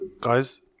guys